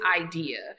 idea